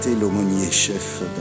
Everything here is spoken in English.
l'aumônier-chef